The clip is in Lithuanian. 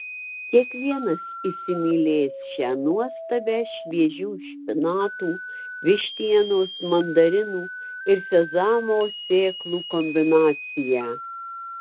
kiekvienas įsimylės šią nuostabią šviežių špinatų vištienos mandarinų ir sezamo sėklų kombinaciją